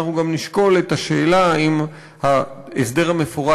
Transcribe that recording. אנחנו גם נשקול את השאלה אם ההסדר המפורט